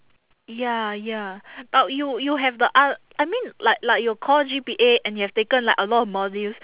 ya ya but you you have the o~ I mean like like your core G_P_A and you have taken like a lot of modules